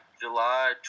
July